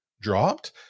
dropped